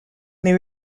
may